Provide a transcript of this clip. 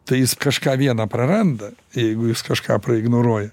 tai jis kažką vieną praranda jeigu jūs kažką praignoruoja